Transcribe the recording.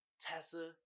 Tessa